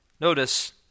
Notice